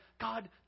God